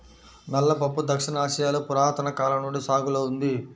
నల్ల పప్పు దక్షిణ ఆసియాలో పురాతన కాలం నుండి సాగులో ఉంది